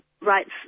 rights